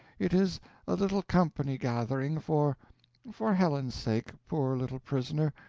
it is a little company gathering, for for helen's sake, poor little prisoner.